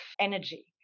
energy